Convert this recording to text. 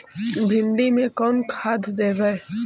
भिंडी में कोन खाद देबै?